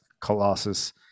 Colossus